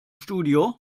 studio